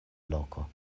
loko